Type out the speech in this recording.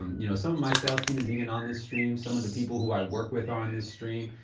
um you know, some of my sales team is even on this stream. some of the people who i work with, is on this stream.